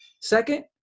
Second